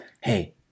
hey